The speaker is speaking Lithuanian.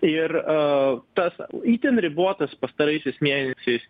ir aaa tas itin ribotas pastaraisiais mėnesiais